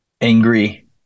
angry